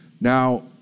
Now